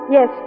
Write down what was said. Yes